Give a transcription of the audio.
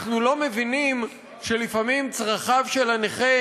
אנחנו לא מבינים שלפעמים צרכיו של הנכה